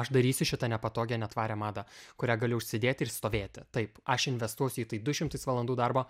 aš darysiu šitą nepatogią netvarią madą kurią gali užsidėti ir stovėti taip aš investuosiu į tai du šimtus valandų darbo